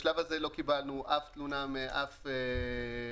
בשלב הזה לא קיבלנו אף תלונה מאף מוטב,